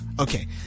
Okay